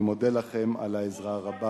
אני מודה לכם על העזרה הרבה.